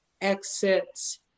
exits